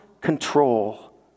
control